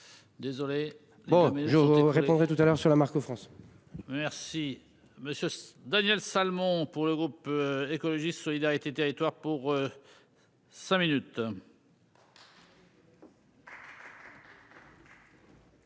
Désolé. Bon. Répondrai tout à l'heure sur la marque France. Merci monsieur Daniel Salmon pour le groupe écologiste solidarité et territoires pour. Cinq minutes.